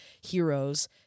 heroes